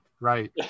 Right